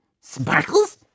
Sparkles